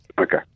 Okay